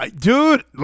Dude